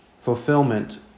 fulfillment